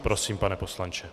Prosím, pane poslanče.